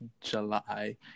July